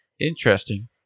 Interesting